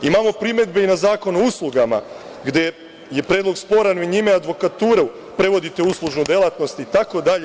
Imamo primedbe i na Zakon o uslugama, gde je predlog sporan, njime advokaturu prevodite u uslužnu delatnost itd.